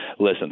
Listen